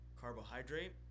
carbohydrate